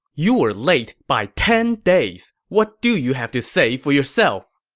you were late by ten days! what do you have to say for yourself!